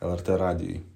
lrt radijui